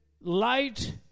light